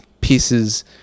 pieces